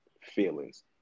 feelings